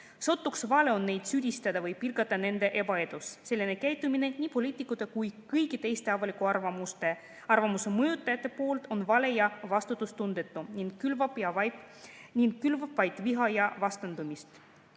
Sootuks vale on neid süüdistada või pilgata nende ebaedu tõttu. Selline käitumine nii poliitikute kui ka kõigi teiste avaliku arvamuse mõjutajate poolt on vale ja vastutustundetu ning külvab vaid viha ja vastandumist.25